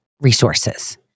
resources